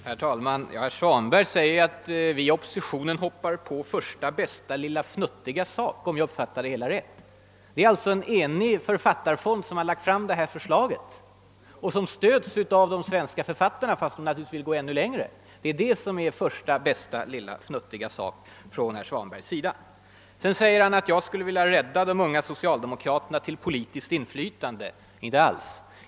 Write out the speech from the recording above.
Herr talman! Herr Svanberg säger att vi i oppositionen hoppar på »första bästa lilla fnuttiga sak» — om jag uppfattade honom rätt. Det är den eniga författarfondens styrelse som har lagt fram det här förslaget. Dess inriktning stöds av de svenska författarna, fastän de naturligtvis vill gå ännu längre. Det är det som är »första bästa lilla fnuttiga sak» enligt herr Svanberg. Vidare säger han att jag skulle vilja rädda de unga socialdemokraterna till politiskt inflytande. Nej, inte alls!